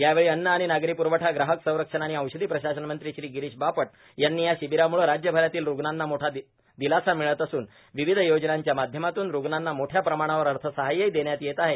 यावेळी अव्न आणि नागरी पुरवठा ग्राहक संरक्षण आणि औषध प्रशासन मंत्री श्री गिरी बाटप यांनी या शिबीरामुळं राज्यभरातील रूग्णांना मोठा दिलासा मिळत असून विविध योजनांच्या माध्यमातून रूग्णांना मोठ्या प्रमाणावर अर्थसहायही देण्यात येत आहे